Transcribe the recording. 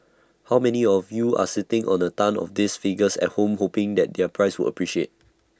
how many of you are sitting on A tonne of these figures at home hoping the their prices would appreciate